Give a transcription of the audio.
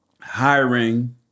hiring